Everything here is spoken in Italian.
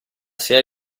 sia